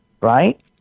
right